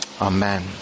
Amen